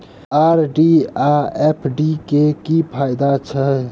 RD आ FD क की फायदा छै?